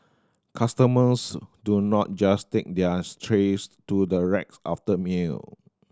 customers do not just take theirs trays to the rack after a meal